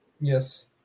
Yes